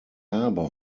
habe